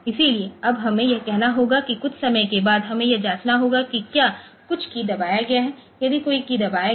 इसलिए अब हमें यह कहना होगा कि कुछ समय के बाद हमें यह जांचना होगा कि क्या कुछ कीय दबाया गया है यदि कोई कीय दबाया गया है